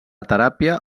teràpia